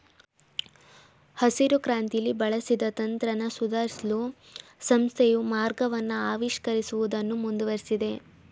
ಹಸಿರುಕ್ರಾಂತಿಲಿ ಬಳಸಿದ ತಂತ್ರನ ಸುಧಾರ್ಸಲು ಸಂಸ್ಥೆಯು ಮಾರ್ಗವನ್ನ ಆವಿಷ್ಕರಿಸುವುದನ್ನು ಮುಂದುವರ್ಸಿದೆ